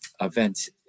events